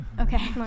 okay